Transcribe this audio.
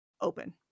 open